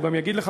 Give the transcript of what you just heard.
הוא גם יגיד לך,